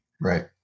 Right